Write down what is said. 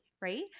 right